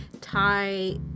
tie